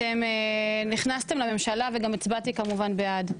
אתם נכנסתם לממשלה וגם הצבעתי כמובן בעד,